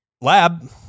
lab